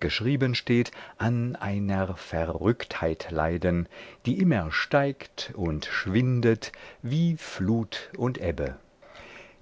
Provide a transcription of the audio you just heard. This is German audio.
geschrieben steht an einer verrücktheit leiden die immer steigt und schwindet wie flut und ebbe